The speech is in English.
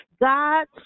God